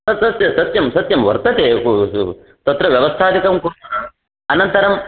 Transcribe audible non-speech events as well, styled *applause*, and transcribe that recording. तत् सत्य सत्यं सत्यं वर्तते *unintelligible* तत्र व्यवस्थादिकं कुर्मः अनन्तरं